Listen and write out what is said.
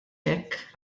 hekk